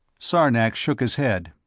sarnax shook his head.